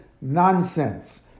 nonsense